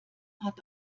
hat